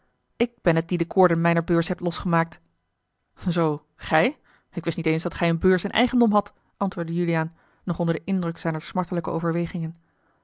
ik ben het die de koorden mijner beurs heb losgemaakt zoo gij ik wist niet eens dat gij eene beurs in eigendom hadt antwoordde juliaan nog onder den indruk zijner smartelijke overwegingen